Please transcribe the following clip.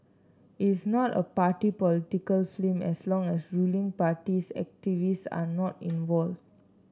it is not a party political film as long as ruling parties activists are not involved